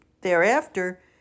thereafter